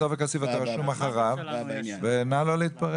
כסיף אתה רשום אחריו ונא לא להתפרץ.